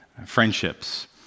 friendships